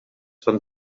són